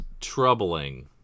troubling